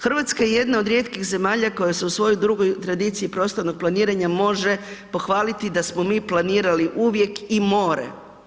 Hrvatska je jedna od rijetkih zemalja koja se u svojoj dugoj tradiciji prostornog planiranja može pohvaliti da smo mi planirali uvijek i more.